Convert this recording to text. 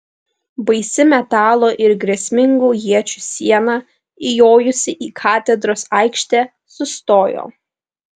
baisi metalo ir grėsmingų iečių siena įjojusi į katedros aikštę sustojo